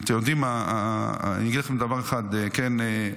אתם יודעים, אגיד לכם דבר אחד: כן,